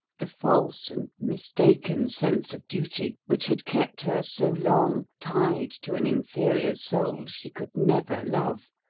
the false and mistaken sense of duty which had kept her so long tied to an inferior soul she could never love,